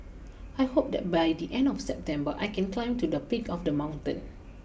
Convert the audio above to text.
I hope that by the end of September I can climb to the peak of the mountain